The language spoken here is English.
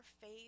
face